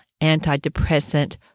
antidepressant